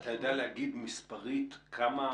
אתה יודע להגיד מספרית כמה